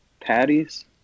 patties